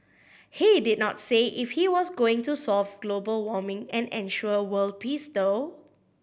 he did not say if he was going to solve global warming and ensure world peace though